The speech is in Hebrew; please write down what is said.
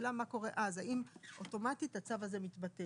השאלה מה קורה אז, האם אוטומטית הצו הזה מתבטל?